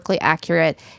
accurate